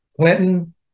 Clinton